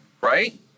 right